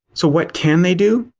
so what can they do?